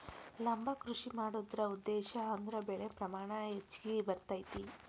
ಲಂಬ ಕೃಷಿ ಮಾಡುದ್ರ ಉದ್ದೇಶಾ ಅಂದ್ರ ಬೆಳೆ ಪ್ರಮಾಣ ಹೆಚ್ಗಿ ಬರ್ತೈತಿ